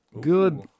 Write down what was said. Good